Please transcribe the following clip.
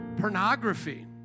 pornography